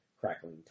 crackling